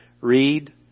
read